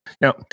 Now